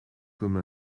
comme